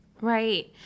Right